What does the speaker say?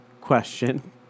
question